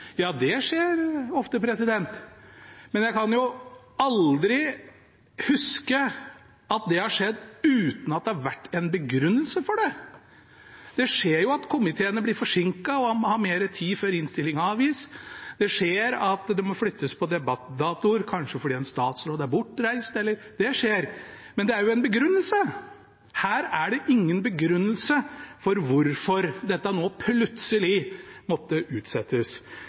Ja, det skjer ofte. Men jeg kan aldri huske at det har skjedd uten at det har vært en begrunnelse for det. Det skjer jo at komiteene blir forsinket og må ha mer tid før innstilling avgis. Det skjer at det må flyttes på debattdatoer – kanskje fordi en statsråd er bortreist. Det skjer. Men da er det jo en begrunnelse. Her er det ingen begrunnelse for hvorfor dette plutselig måtte utsettes.